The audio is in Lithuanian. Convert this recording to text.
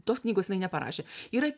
tos knygos jinai neparašė yra